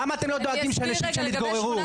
למה אתם לא דואגים שאנשים שם יתגוררו?